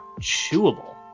chewable